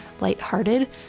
lighthearted